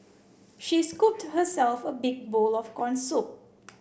she scooped herself a big bowl of corn soup